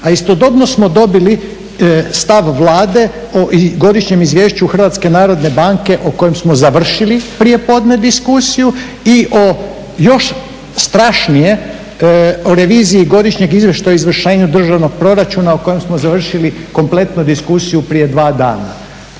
a istodobno smo dobili stav Vlade o Godišnjem izvješću HNB-a o kojem smo završili prijepodne diskusiju i još strašnije, o reviziji godišnjeg izvještaja o izvršenju državnog proračuna o kojem smo završili kompletno diskusiju prije dva dana.